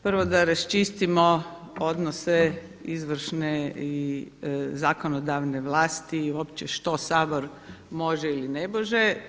Prvo da raščistimo odnose izvršne i zakonodavne vlasti i uopće što Sabor može ili ne može.